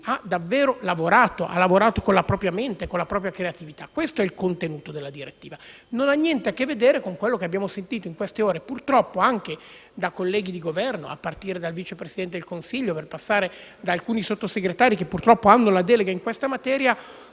ha davvero lavorato, con la propria mente e con la propria creatività. Questo è il contenuto della direttiva, che non ha niente a che vedere con quello che abbiamo sentito in queste ore, purtroppo anche da colleghi di Governo - a partire dal Vice Presidente del Consiglio passando per alcuni Sottosegretari, che purtroppo hanno la delega in questa materia